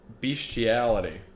bestiality